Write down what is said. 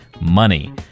money